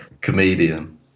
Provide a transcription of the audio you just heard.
Comedian